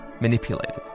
manipulated